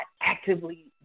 actively